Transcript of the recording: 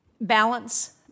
balance